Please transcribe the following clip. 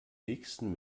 nächsten